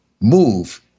move